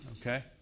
Okay